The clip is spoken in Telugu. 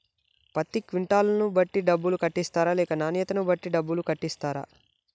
పత్తి క్వింటాల్ ను బట్టి డబ్బులు కట్టిస్తరా లేక నాణ్యతను బట్టి డబ్బులు కట్టిస్తారా?